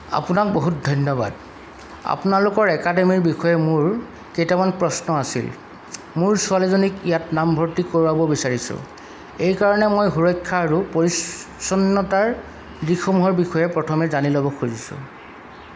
আপোনাক বহুত ধন্যবাদ আপোনালোকৰ একাডেমিৰ বিষয়ে মোৰ কেইটামান প্ৰশ্ন আছিল মোৰ ছোৱালীজনীক ইয়াত নামভৰ্তি কৰোৱাব বিচাৰিছো এইকাৰণে মই সুৰক্ষা আৰু পৰিচ্ছন্নতাৰ দিশসমূহৰ বিষয়ে প্ৰথমে জানিব ল'ব খুজিছো